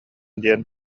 диэн